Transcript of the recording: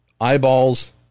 eyeballs